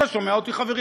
אתה שומע אותי, חברי?